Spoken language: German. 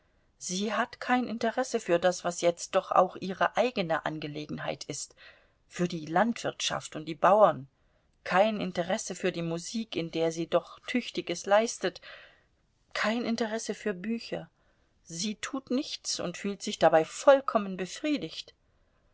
sie hat kein interesse für das was jetzt doch auch ihre eigene angelegenheit ist für die landwirtschaft und die bauern kein interesse für die musik in der sie doch tüchtiges leistet kein interesse für bücher sie tut nichts und fühlt sich dabei vollkommen befriedigt